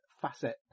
facet